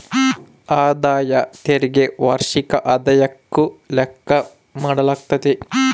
ಆದಾಯ ತೆರಿಗೆ ವಾರ್ಷಿಕ ಆದಾಯುಕ್ಕ ಲೆಕ್ಕ ಮಾಡಾಲಾಗ್ತತೆ